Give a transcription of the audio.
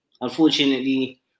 Unfortunately